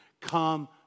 Come